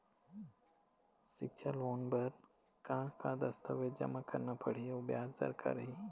सिक्छा लोन बार का का दस्तावेज जमा करना पढ़ही अउ ब्याज दर का रही?